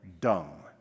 dung